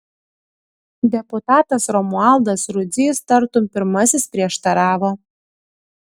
deputatas romualdas rudzys tartum pirmasis prieštaravo